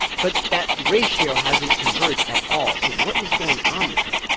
but that ratio hasn't converged at all, so what is going on there?